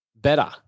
better